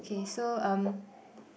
okay so um